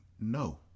no